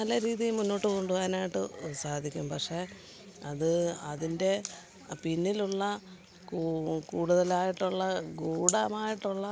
നല്ല രീതിയിൽ മുന്നോട്ട് കൊണ്ട് പോകാനായിട്ട് സാധിക്കും പക്ഷേ അത് അതിൻറ്റെ പിന്നിലുള്ള കൂടുതലായിട്ടുള്ള ഗൂഢമായിട്ടുള്ള